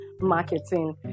marketing